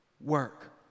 Work